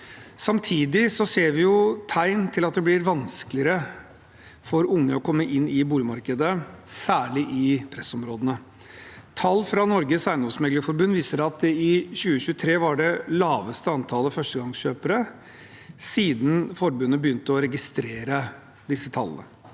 Samtidig ser vi tegn til at det blir vanskeligere for unge å komme inn på boligmarkedet, særlig i pressområdene. Tall fra Norges Eiendomsmeglerforbund viser at det i 2023 var det laveste antallet førstegangskjøpere siden forbundet begynte å registrere disse tallene.